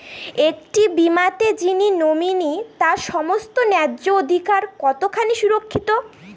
একটি বীমাতে যিনি নমিনি তার সমস্ত ন্যায্য অধিকার কতখানি সুরক্ষিত?